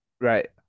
Right